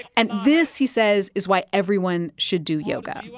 and this, he says, is why everyone should do yoga.